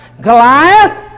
Goliath